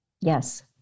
Yes